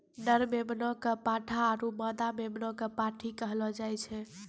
नर मेमना कॅ पाठा आरो मादा मेमना कॅ पांठी कहलो जाय छै